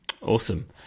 awesome